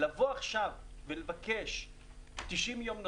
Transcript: לבוא עכשיו ולבקש 90 יום נוספים,